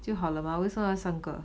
就好了吗为什么要三个